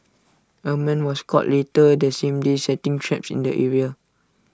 A man was caught later the same day setting traps in the area